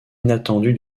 inattendu